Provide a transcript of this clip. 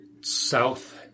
south